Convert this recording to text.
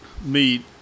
meet